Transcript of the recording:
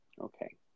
Okay